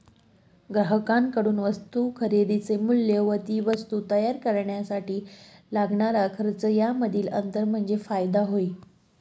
ग्राहकांकडून वस्तू खरेदीचे मूल्य व ती वस्तू तयार करण्यासाठी लागणारा खर्च यामधील अंतर म्हणजे फायदा होय